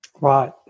Right